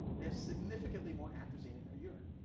they have significantly more atrazine in their urine.